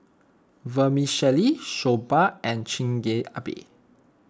Vermicelli Soba and Chigenabe